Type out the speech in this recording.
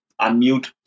unmute